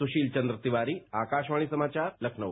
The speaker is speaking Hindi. सुशील चंद्र तिवारी आकाशवाणी समाचार लखनऊ